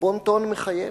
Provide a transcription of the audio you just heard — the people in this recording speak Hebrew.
הבון-טון מחייב.